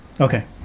okay